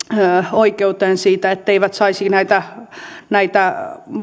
oikeuteen siitä etteivät saisi näitä näitä